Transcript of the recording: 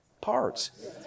parts